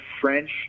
French